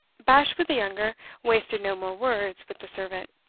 bashwood the younger wasted no more words with the servant.